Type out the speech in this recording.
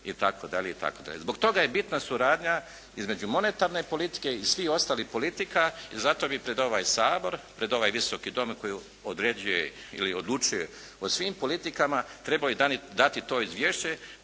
itd. itd. Zbog toga je bitna suradnja između monetarne politike i svih ostalih politika i zato bih pred ovaj Sabor, pred ovaj Visoki dom koji određuje ili odlučuje o svim politikama trebao dati to izvješće